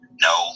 No